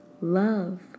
love